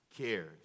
cares